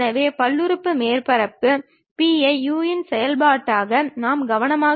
ஏனென்றால் ஒரு முப்பரிமாண பொருளை வரைபடத்தாளில் பெறுவது கடினம்